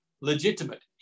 legitimate